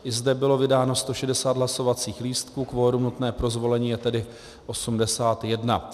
I zde bylo vydáno 160 hlasovacích lístků, kvorum nutné pro zvolení je tedy 81.